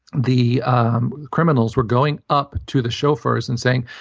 the um criminals were going up to the chauffeurs and saying,